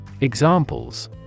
Examples